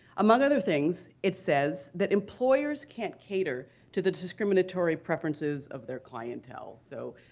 among other things, it says that employers can't cater to the discriminatory preferences of their clientele. so